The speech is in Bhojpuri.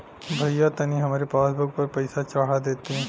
भईया तनि हमरे पासबुक पर पैसा चढ़ा देती